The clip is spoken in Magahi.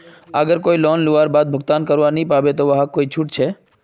अगर कोई लोन लुबार बाद भुगतान करवा नी पाबे ते वहाक कोई छुट छे?